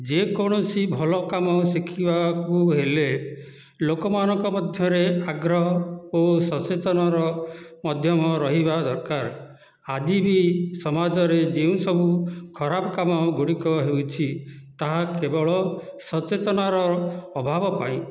ଯେକୌଣସି ଭଲ କାମ ଶିଖିବାକୁ ହେଲେ ଲୋକମାନଙ୍କ ମଧ୍ୟରେ ଆଗ୍ରହ ଓ ସଚେତନର ମଧ୍ୟମ ରହିବା ଦରକାର ଆଜି ବି ସମାଜରେ ଯେଉଁ ସବୁ ଖରାପ କାମ ଗୁଡ଼ିକ ହେଉଛି ତାହା କେବଳ ସଚେତନର ଅଭାବ ପାଇଁ